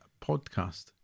podcast